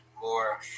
more